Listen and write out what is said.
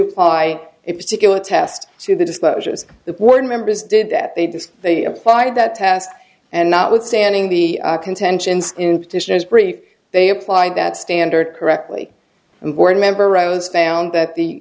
apply it particular test to the disclosures the board members did that they do so they applied that test and notwithstanding the contentions in petitioners brief they applied that standard correctly and board member rose found that the